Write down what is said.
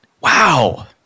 wow